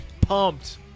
Pumped